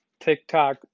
TikTok